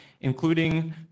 including